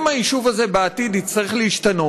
אם בעתיד היישוב הזה יצטרך להשתנות,